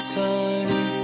time